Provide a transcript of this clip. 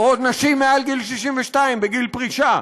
או נשים מעל גיל 62, בגיל פרישה.